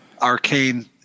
arcane